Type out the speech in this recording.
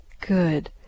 Good